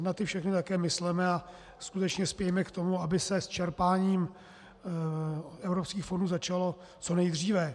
Na ty všechny také mysleme a skutečně spějme k tomu, aby se s čerpáním evropských fondů začalo co nejdříve.